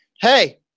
Hey